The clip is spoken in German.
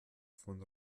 von